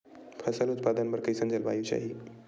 फसल उत्पादन बर कैसन जलवायु चाही?